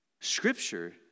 Scripture